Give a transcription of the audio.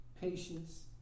patience